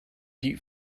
die